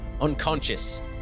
unconscious